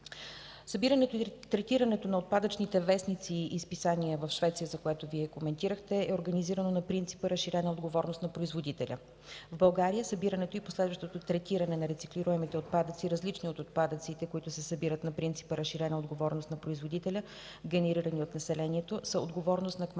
Събирането или третирането на отпадъчните вестници и списания в Швеция, което Вие коментирахте, е организирано на принципа „разширена отговорност на производителя”. В България събирането и последващото третиране на рециклируемите отпадъци, различни от отпадъците, които се събират на принципа „разширена отговорност на производителя”, генерирани от населението, са отговорност на кмета